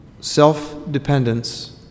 self-dependence